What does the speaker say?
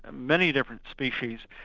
ah many different species,